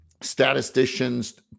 statisticians